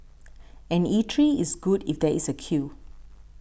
an eatery is good if there is a queue